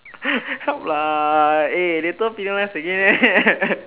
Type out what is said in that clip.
help lah eh later penalize again